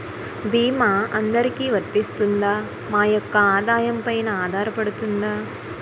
భీమా అందరికీ వరిస్తుందా? మా యెక్క ఆదాయం పెన ఆధారపడుతుందా?